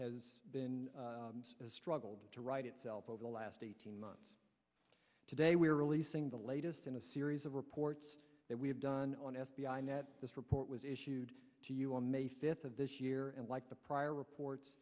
has been struggled to write itself over the last eighteen months today we are releasing the latest in a series of reports that we have done on f b i net this report was issued to you on may fifth of this year and like the prior reports